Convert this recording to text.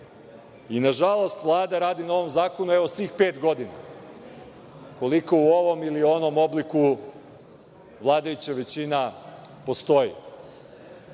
Nažalost, Vlada radi na ovom zakonu svih pet godina, koliko u ovom ili onom obliku vladajuća većina postoji,